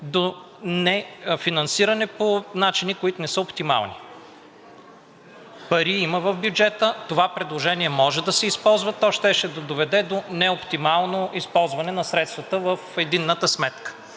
до нефинансиране по начини, които не са оптимални. Пари има в бюджета и това предложение може да се използва, то щеше да доведе до неоптимално използване на средствата в единната сметка.